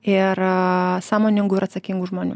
ir sąmoningų ir atsakingų žmonių